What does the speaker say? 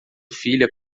filha